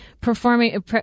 performing